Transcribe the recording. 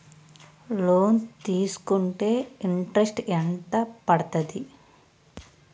Loan తీస్కుంటే interest ఎంత పడ్తది?